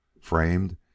framed